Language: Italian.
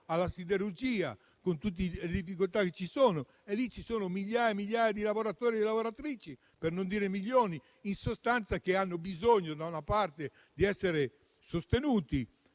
alla siderurgia, con tutte le difficoltà che ci sono. Lì ci sono migliaia e migliaia di lavoratori e lavoratrici, per non dire milioni, che hanno bisogno, da una parte, di essere sostenuti